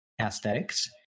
aesthetics